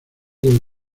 del